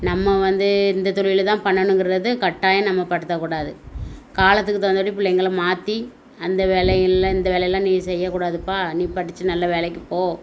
நம்ம வந்து இந்த தொழிலு தான் பண்ணணுங்கிறது கட்டாயம் நம்ம படுத்தக்கூடாது காலத்துக்குத் தகுந்தபடி புள்ளைங்களை மாற்றி அந்த வேலைகளில் இந்த வேலைலாம் நீ செய்யக்கூடாதுப்பா நீ படித்து நல்ல வேலைக்கு போ